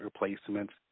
replacements